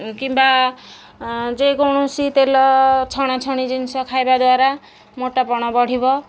କିମ୍ବା ଯେକୌଣସି ତେଲ ଛଣାଛଣି ଜିନିଷ ଖାଇବା ଦ୍ଵାରା ମୋଟାପଣ ବଢ଼ିବ